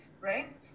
right